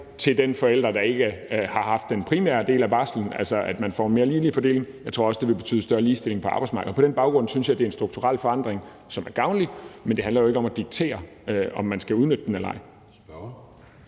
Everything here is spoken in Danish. til den forælder, der ikke har haft den primære del af barslen, altså at man får en mere ligelig fordeling. Jeg tror også, det vil betyde større ligestilling på arbejdsmarkedet, og på den baggrund synes jeg, det er en strukturel forandring, som er gavnlig. Men det handler jo ikke om at diktere, om man skal udnytte den eller ej.